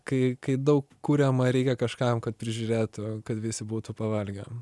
kai kai daug kuriam reikia kažkam kad prižiūrėtų kad visi būtų pavalgę